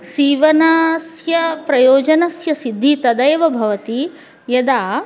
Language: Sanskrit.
सीवनस्य प्रयोजनस्य सिद्धिः तदैव भवति यदा